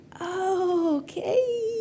okay